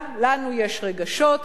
גם לנו יש רגשות,